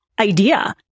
idea